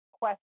question